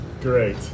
Great